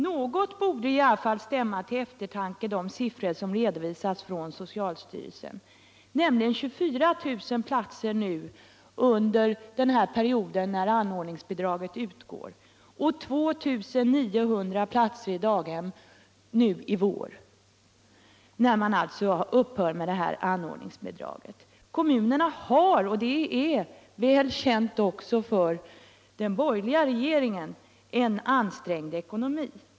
Något borde väl ändå de siffror stiimma till eftertanke som redovisats från socialstyrelsen, nämligen 24 000 daghemsplatser under den period då anordningsbidraget utgår och 2900 platser i vår, när anordningsbidraget alltså upphöf. Kommunerna har — det är väl känt också för den borgerliga regeringen — en ansträngd ekonomi.